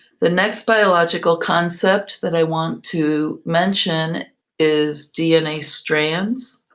the next biological concept that i want to mention is dna strands.